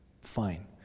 Fine